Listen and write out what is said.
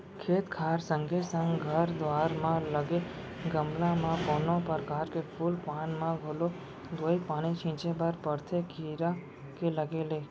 खेत खार संगे संग घर दुवार म लगे गमला म कोनो परकार के फूल पान म घलौ दवई पानी छींचे बर परथे कीरा के लगे ले